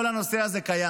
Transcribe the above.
כל הנושא הזה קיים.